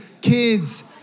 Kids